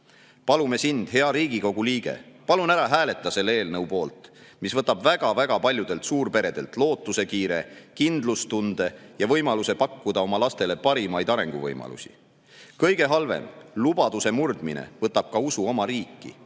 Palume sind, hea Riigikogu liige, palun ära hääleta selle eelnõu poolt, mis võtab väga-väga paljudelt suurperedelt lootusekiire, kindlustunde ja võimaluse pakkuda oma lastele parimaid arenguvõimalusi! Kõige halvem: lubaduse murdmine võtab ka usu oma riiki,